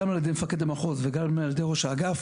למקום ולזמן אחר.